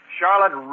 Charlotte